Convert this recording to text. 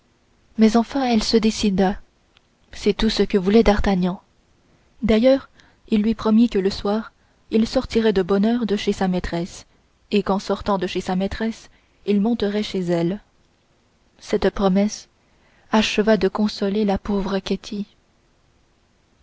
mais enfin elle se décida c'est tout ce que voulait d'artagnan d'ailleurs il lui promit que le soir il sortirait de bonne heure de chez sa maîtresse et qu'en sortant de chez sa maîtresse il monterait chez elle cette promesse acheva de consoler la pauvre